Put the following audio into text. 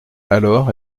alors